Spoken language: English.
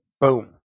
boom